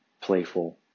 playful